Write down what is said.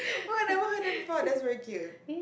I never heard that before that's very cute